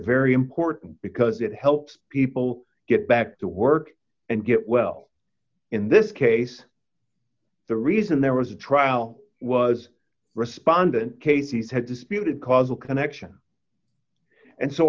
very important because it helps people get back to work and get well in this case the reason there was a trial was respondent casey said disputed causal connection and so